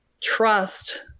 trust